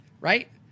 Right